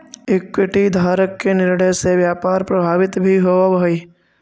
equity धारक के निर्णय से व्यापार प्रभावित भी होवऽ हइ